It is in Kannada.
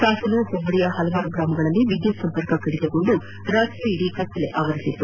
ಸಾಸಲು ಹೋಬಳಿಯ ಹಲವಾರು ಗ್ರಾಮಗಳಲ್ಲಿ ವಿದ್ಯುತ್ ಸಂಪರ್ಕ ಕಡಿತಗೊಂಡು ರಾತ್ರಿಯಿಡೀ ಕತ್ತಲೆ ಆವರಿಸಿತ್ತು